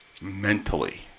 mentally